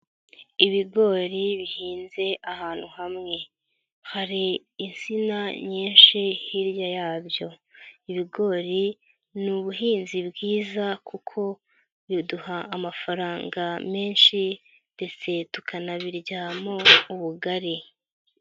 Ibigori bihinze ahantu hamwe, hari insina nyinshi hirya yabyo, ibigori ni ubuhinzi bwiza kuko biduha amafaranga menshi ndetse tukanabiryamo ubugari.